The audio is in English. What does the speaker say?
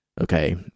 okay